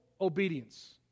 obedience